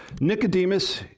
Nicodemus